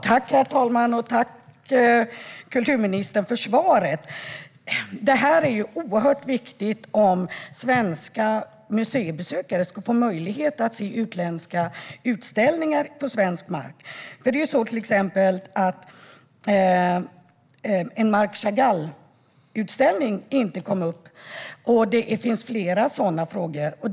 Herr talman! Jag tackar kulturministern för svaret. Detta är oerhört viktigt om svenska museibesökare ska få möjlighet att se utländska utställningar på svensk mark. Till exempel kom en Marc Chagall-utställning inte upp, och det finns flera sådana frågor.